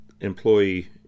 employee